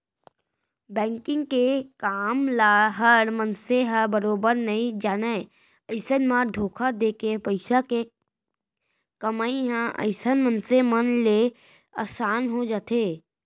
banking के काम ल हर मनसे ह बरोबर नइ जानय अइसन म धोखा देके पइसा के कमई ह अइसन मनसे मन ले असान हो जाथे